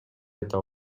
айта